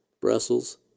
Brussels